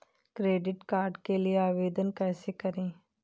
Credit card के लिए आवेदन कैसे करें?